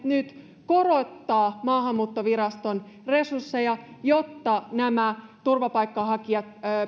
nyt korottaa maahanmuuttoviraston resursseja jotta turvapaikanhakijat